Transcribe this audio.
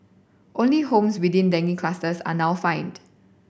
only homes within dengue clusters are now fined